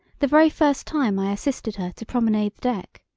the very first time i assisted her to promenade